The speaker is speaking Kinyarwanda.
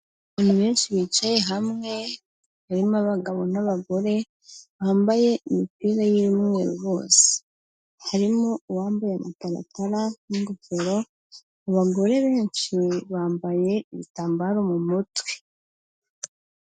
Abantu benshi bicaye hamwe barimo abagabo n'abagore, bambaye imipira y'imyeru bose, harimo uwambaye amataratara n'ingofero, abagore benshi bambaye ibitambaro mu mutwe.